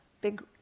big